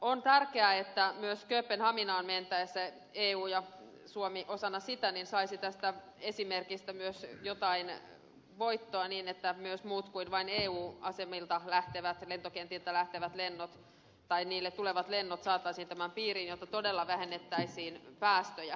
on tärkeää että myös kööpenhaminaan mentäessä eu ja suomi osana sitä saisi tästä esimerkistä myös jotain voittoa niin että myös muut kuin vain eun lentokentiltä lähtevät lennot tai niille tulevat lennot saataisiin tämän piiriin jotta todella vähennettäisiin päästöjä